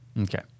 Okay